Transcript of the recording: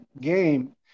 game